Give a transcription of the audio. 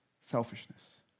selfishness